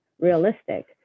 realistic